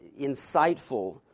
insightful